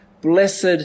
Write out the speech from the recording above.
blessed